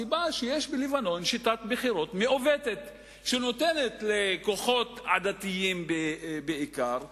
הסיבה שיש בלבנון שיטת בחירות מעוותת שנותנת לכוחות עדתיים בעיקר לשלוט,